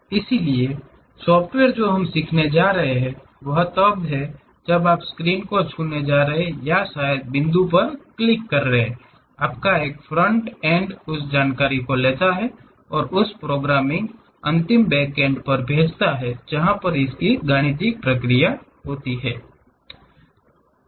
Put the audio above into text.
इसलिए सॉफ़्टवेयर जो हम सीखने जा रहे हैं वह तब है जब आप स्क्रीन को छूने जा रहे हैं या शायद बिंदु पर क्लिक करें आपका फ्रंट एंड उस जानकारी को लेता है और उस प्रोग्रामिंग के अपने अंतिम छोर पर उसको भेजता है